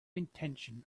intention